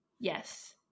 yes